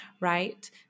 right